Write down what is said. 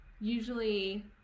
usually